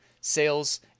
sales